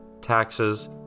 taxes